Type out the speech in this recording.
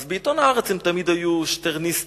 אז בעיתון "הארץ" הם תמיד היו שטרניסטים,